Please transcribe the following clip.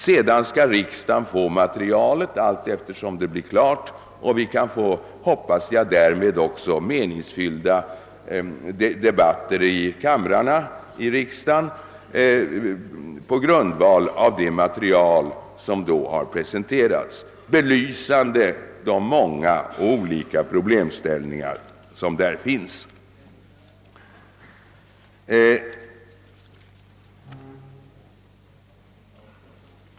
Sedan bör riksdagen få del av materialet alltefter som det blir klart, och vi kan därmed hoppas jag, få till stånd meningsfyllda debatter i kamrarna på grundval av det material som då presenteras och som belyser de många och olika problemställningar som är aktuella.